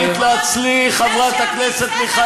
שנים אתם מסיתים נגדנו.